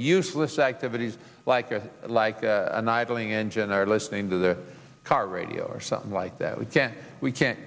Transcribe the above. useless activities like a like an idling engine or listening to the car radio or something like that we can't we can't